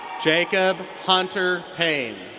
jacob hunter payne.